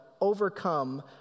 overcome